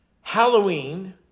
Halloween